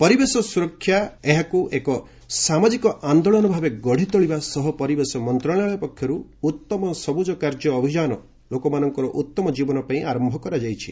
ପରିବେଶ ସୁରକ୍ଷା ଏହାକୁ ଏକ ସାମାଜିକ ଆନ୍ଦୋଳନ ଏବଂ ପରିବେଶ ମନ୍ତ୍ରଣାଳୟ ପକ୍ଷରୁ ଉତ୍ତମ ସବୁଜ କାର୍ଯ୍ୟ ଅଭିଯାନ ଲୋକଙ୍କ ଉତ୍ତମ ଜୀବନ ପାଇଁ ଆରମ୍ଭ କରାଯାଇଛି